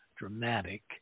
dramatic